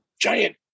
giant